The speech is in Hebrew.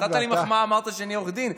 נתת לי מחמאה, אמרת שאני עורך דין?